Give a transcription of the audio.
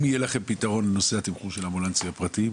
אם יהיה לכם פתרון לנושא התמחור של האמבולנסים הפרטיים,